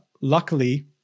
Luckily